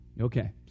Okay